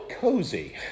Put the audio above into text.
cozy